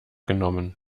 genommen